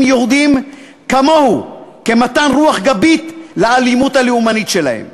יהודים כמוהו כמתן רוח גבית לאלימות הלאומנית שלהם.